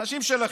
אנשים שלכם.